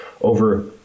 over